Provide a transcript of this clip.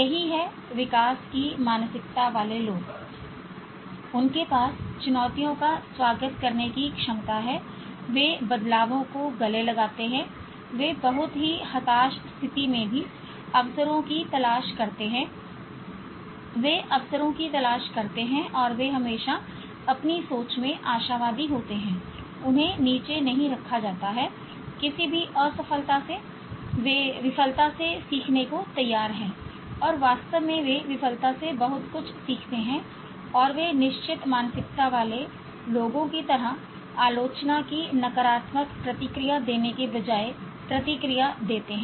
यही है विकास की मानसिकता वाले लोग उनके पास चुनौतियों का स्वागत करने की क्षमता है वे बदलावों को गले लगाते हैं वे बहुत ही हताश स्थिति में भी अवसरों की तलाश करते हैं वे अवसरों की तलाश करते हैं और वे हमेशा अपनी सोच में आशावादी होते हैं उन्हें नीचे नहीं रखा जाता है किसी भी असफलता से वे विफलता से सीखने को तैयार हैं और वास्तव में वे विफलता से बहुत कुछ सीखते हैं और वे निश्चित मानसिकता वाले लोगों की तरह आलोचना की नकारात्मक प्रतिक्रिया देने के बजाय प्रतिक्रिया देते हैं